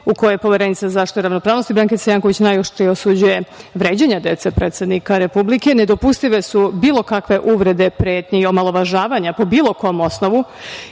u kojem Poverenica za zaštitu ravnopravnosti, Brankica Janković, najoštrije osuđuje vređanje dece predsednika Republike. Nedopustive su bilo kakve uvrede, pretnje i omalovažavanja po bilo kom osnovu